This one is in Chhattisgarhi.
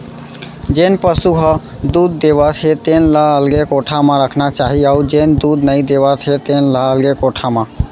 जेन पसु ह दूद देवत हे तेन ल अलगे कोठा म रखना चाही अउ जेन दूद नइ देवत हे तेन ल अलगे कोठा म